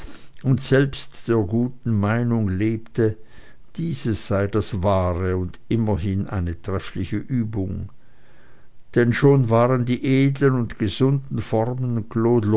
und selbst der guten meinung lebte dieses sei das wahre und immerhin eine treffliche übung denn schon waren die edlen und gesunden formen